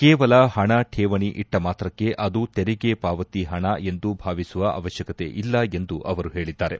ಕೇವಲ ಹಣ ಕೇವಣಿ ಇಟ್ನ ಮಾತ್ರಕ್ಕೆ ಅದು ತೆರಿಗೆ ಪಾವತಿ ಹಣ ಎಂದು ಭಾವಿಸುವ ಅವಕ್ಷಕತೆ ಇಲ್ಲ ಎಂದು ಅವರು ಹೇಳಿದ್ದಾರೆ